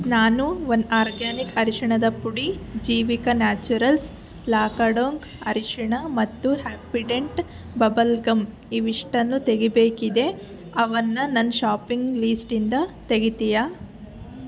ನಾನು one organic ಅರಿಶಿನದ ಪುಡಿ ಜೀವಿಕ ನ್ಯಾಚುರಲ್ಸ್ ಲಾಕಡೋಂಗ್ ಅರಿಶಿನ ಮತ್ತು ಹ್ಯಾಪಿಡೆಂಟ್ ಬಬಲ್ ಗಮ್ ಇವಿಷ್ಟನ್ನೂ ತೆಗೀಬೇಕಿದೆ ಅವನ್ನು ನನ್ನ ಷಾಪಿಂಗ್ ಲೀಸ್ಟಿಂದ ತೆಗಿತೀಯಾ